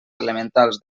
elementals